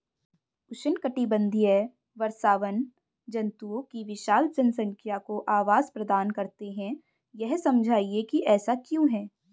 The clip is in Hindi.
उष्णकटिबंधीय वर्षावन जंतुओं की विशाल जनसंख्या को आवास प्रदान करते हैं यह समझाइए कि ऐसा क्यों है?